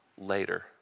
later